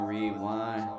Rewind